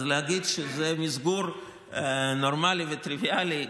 אז להגיד שזה מסגור נורמלי וטריוויאלי?